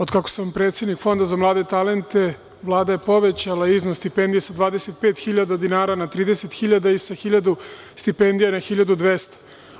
Otkako sam predsednik Fonda za mlade talente, Vlada je povećala iznos stipendija sa 25.000 dinara na 30.000 i sa 1000 stipendija na 1200.